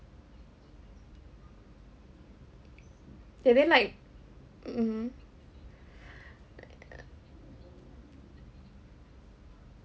did they like mmhmm !aiya!